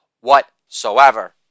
whatsoever